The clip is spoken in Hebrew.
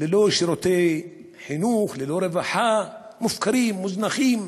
ללא שירותי חינוך, ללא רווחה, מופקרים, מוזנחים.